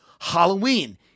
Halloween